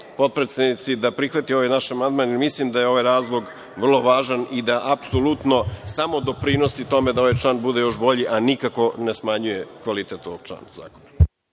potpredsednici da prihvati ovaj naš amandman, jer mislim da je ovaj razlog vrlo važan i da apsolutno samo doprinosi tome da ovaj član bude još bolji, a nikako ne smanjuje kvalitet ovog člana